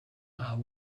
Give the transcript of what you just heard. are